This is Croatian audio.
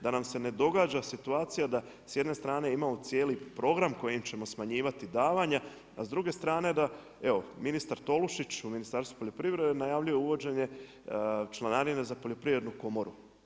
Da nam se ne događa situacija da s jedne strane imamo cijeli program kojim ćemo smanjivati davanja a s druge strane evo da ministar Tolušić u Ministarstvu poljoprivrede najavljuje uvođenje članarine za poljoprivrednu komoru.